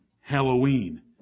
Halloween